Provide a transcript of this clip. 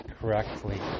correctly